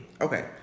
Okay